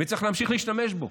וצריך להמשיך להשתמש בו.